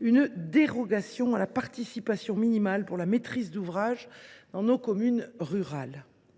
une dérogation à la participation minimale pour la maîtrise d’ouvrage pour les communes rurales.